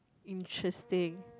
interesting